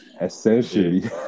Essentially